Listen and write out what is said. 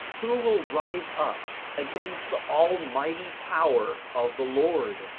who will rise up against the almighty power of the lord?